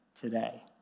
today